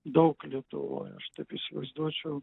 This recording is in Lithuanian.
daug lietuvoj aš taip įsivaizduočiau